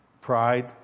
pride